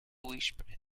whispered